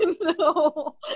No